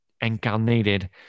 incarnated